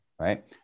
right